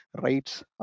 rights